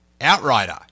Outrider